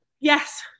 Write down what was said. Yes